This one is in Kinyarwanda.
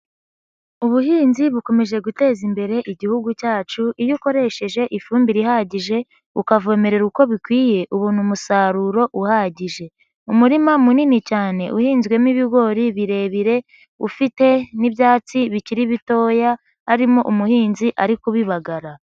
Ubuhinzi bukomeje guteza imbere igihugu cyacu iyo ukoresheje ifumbire ihagije ukavomerera uko bikwiye ubona umusaruro uhagije. Umurima munini cyane uhinzwemo ibigori birebire ufite n'ibyatsi bikiri bitoya harimo umuhinzi ari kubibagara.